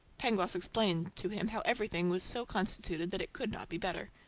pangloss explained to him how everything was so constituted that it could not be better.